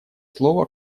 слово